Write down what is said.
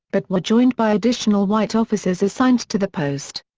but were joined by additional white officers assigned to the post.